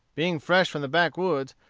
being fresh from the backwoods,